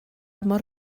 mor